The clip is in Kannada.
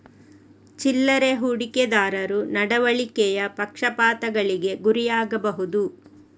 ಚಿಲ್ಲರೆ ಹೂಡಿಕೆದಾರರು ನಡವಳಿಕೆಯ ಪಕ್ಷಪಾತಗಳಿಗೆ ಗುರಿಯಾಗಬಹುದು